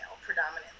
predominantly